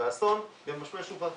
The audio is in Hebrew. והאסון ממשמש ובא.